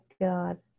God